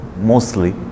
mostly